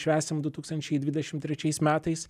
švęsim du tūkstančiai dvidešim trečiais metais